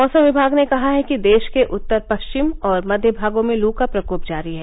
मौसम विभाग ने कहा है कि देश के उत्तर पश्चिम और मध्य भागों में लू का प्रकोप जारी है